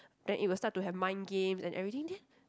then it will start to have mind games and everything then